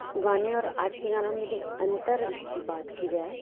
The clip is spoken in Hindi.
गाने और आज के गानों में यदि अंतर की बात की जाए